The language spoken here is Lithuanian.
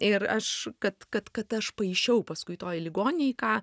ir aš kad kad kad aš paišiau paskui toj ligoninėj ką